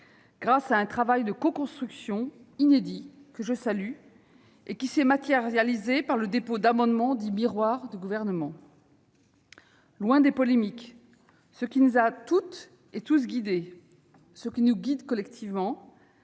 grâce à un travail de coconstruction inédit, que je salue, et qui s'est matérialisé par le dépôt d'amendements dits « miroir » du Gouvernement. Loin des polémiques, ce qui nous a toutes et tous guidés, ce qui nous guide collectivement,